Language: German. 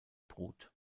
brut